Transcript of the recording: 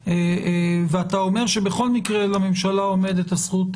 ואתה אומר שבכל מקרה לממשלה עומדת הזכות,